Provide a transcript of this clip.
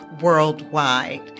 worldwide